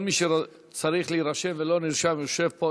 כל מי שצריך להירשם ולא נרשם ויושב פה,